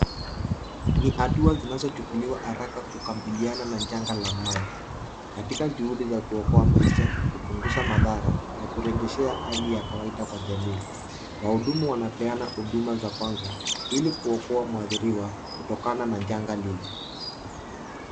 Ni hatua zinazochukuliwa haraka kukabiliana na janga la maji. Katika juhudi za kuokoa maisha, kupunguza madhara, na kurejeshea hali ya kawaida kwa jamii. Wahudumu wanapeana huduma ya kwanza ili kuokoa mwathiriwa kutokana na janga lile.